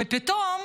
ופתאום